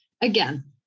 Again